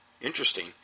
interesting